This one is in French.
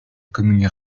commune